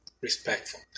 respectful